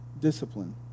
discipline